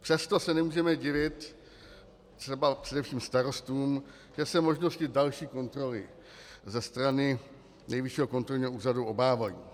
Přesto se nemůžeme divit především starostům, že se možnosti další kontroly ze strany Nejvyššího kontrolního úřadu obávají.